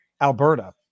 Alberta